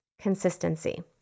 consistency